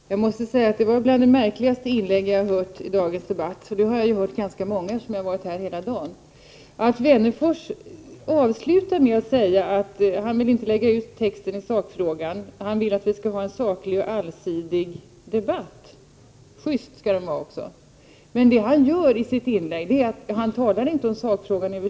Herr talman! Jag måste säga att Alf Wennerfors inlägg var ett av de märkligaste inläggen i dagens debatt, och jag har hört ganska många anföranden, eftersom jag varit i kammaren heia dagen. Alf Wennerfors avslutar sitt anförande med att säga att han inte vill lägga ut texten i sakfrågan och att han vill ha en saklig och allsidig debatt. Dessutom skall debatten vara schyst. Men han talar över huvud taget inte om sakfrågan.